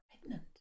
pregnant